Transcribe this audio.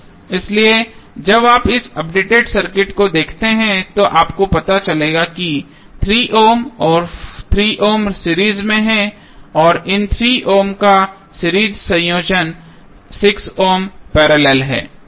इसलिए जब आप इस अपडेटेड सर्किट को देखते हैं तो आपको पता चलेगा कि 3 ओम और 3 ओम सीरीज में हैं और इन 3 ओम का सीरीज संयोजन 6 ओम पैरेलल है